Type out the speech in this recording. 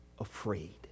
afraid